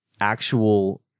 actual